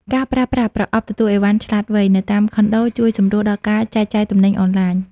ការប្រើប្រាស់ "ប្រអប់ទទួលអីវ៉ាន់ឆ្លាតវៃ" នៅតាមខុនដូ ជួយសម្រួលដល់ការចែកចាយទំនិញអនឡាញ។